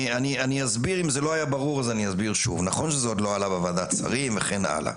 נכון שזה עדיין לא עלה בוועדת שרים, וכן הלאה.